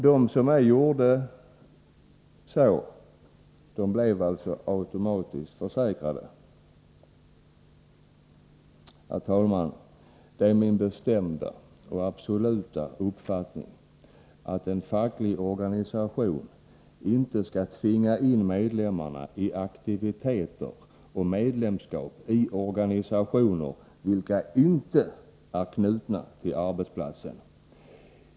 De som ej gjorde detta blev automatiskt försäkrade. Herr talman! Det är min bestämda och absoluta uppfattning att en facklig organisation inte skall tvinga in medlemmarna i aktiviteter och till medlemskap i organisationer vilka inte är knutna till arbetsplatsen.